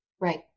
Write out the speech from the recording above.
right